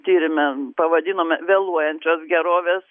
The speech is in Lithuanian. tyrime pavadinome vėluojančios gerovės